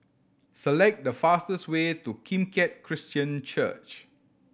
select the fastest way to Kim Keat Christian Church